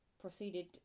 proceeded